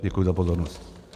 Děkuji za pozornost.